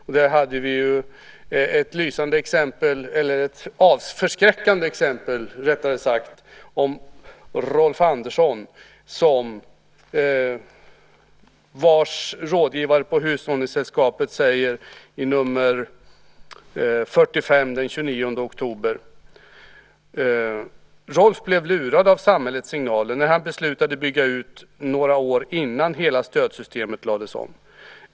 Där kunde man i nr 45, den 29 oktober, läsa om ett förskräckande exempel som handlade om Rolf Andersson, vars rådgivare på Hushållningssällskapet säger: Rolf blev lurad av samhällets signaler när han beslutade bygga ut några år innan hela stödsystemet lades om.